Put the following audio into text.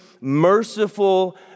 merciful